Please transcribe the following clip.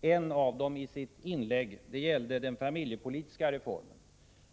en av dem. Den gällde den familjepolitiska reformen.